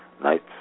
right